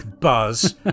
Buzz